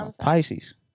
Pisces